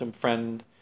Friend